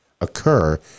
occur